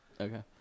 okay